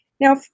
Now